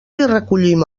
recollim